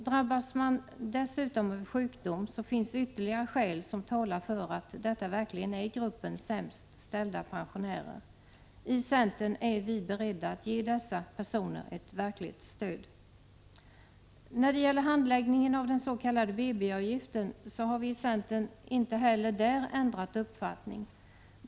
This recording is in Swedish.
Drabbas man dessutom av sjukdom, finns det ytterligare skäl som talar för att detta verkligen är gruppen sämst ställda pensionärer. I centern är vi beredda att ge dessa personer ett verkligt stöd. När det gäller handläggningen av den s.k. BB-avgiften har vi i centern inte heller ändrat uppfattning.